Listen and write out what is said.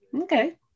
okay